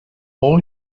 all